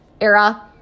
era